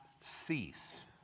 cease